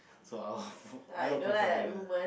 so I'll I'll confront to them